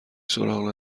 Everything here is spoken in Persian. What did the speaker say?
سراغ